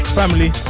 family